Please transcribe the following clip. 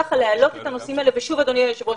שוב אדוני היושב ראש,